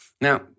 Now